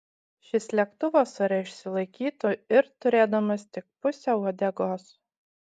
šis lėktuvas ore išsilaikytų ir turėdamas tik pusę uodegos